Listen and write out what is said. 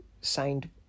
signed